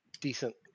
decent